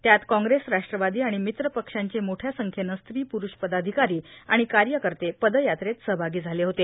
त्यात काँग्रेस राष्ट्रवादी आणि मित्र पक्षांचे मोठ्या संख्येनं स्त्री पुरूष पदाधिकारी आणि कार्यकर्ते पदयात्रेत सहभागी झाले होते